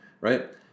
right